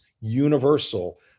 universal